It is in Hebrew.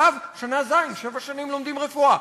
שנה ו', שנה ז' שבע שנים לומדים רפואה.